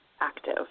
active